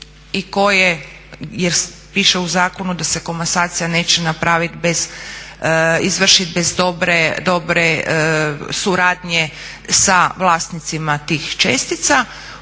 i koje, jer piše u zakonu da se komasacija neće napravit bez izvršidbe dobre suradnje sa vlasnicima tih čestica.